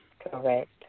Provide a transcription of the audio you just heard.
Correct